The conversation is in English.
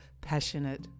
passionate